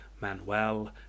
Manuel